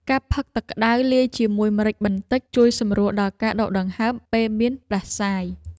ការផឹកទឹកក្តៅលាយជាមួយម្រេចបន្តិច ជួយសម្រួលដល់ការដកដង្ហើមពេលមានផ្តាសាយ។